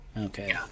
Okay